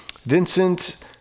Vincent